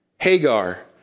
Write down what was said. Hagar